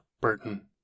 Burton